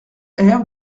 air